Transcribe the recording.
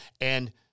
And-